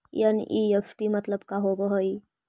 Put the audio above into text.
NEFT मतलब का होब हई?